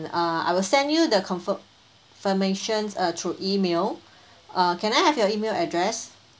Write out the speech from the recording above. uh I will send you the comfir~ firmations err through email err can I have your email address